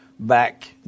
back